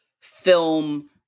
film